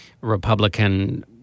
Republican